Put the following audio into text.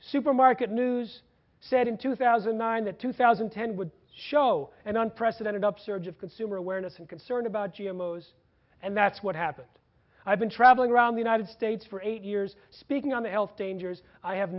supermarket news said in two thousand and nine that two thousand and ten would show an unprecedented upsurge of consumer awareness and concern about g m o's and that's what happened i've been traveling around the united states for eight years speaking on the health dangers i have